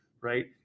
right